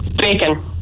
Bacon